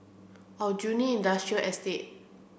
Aljunied Industrial Estate